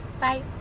bye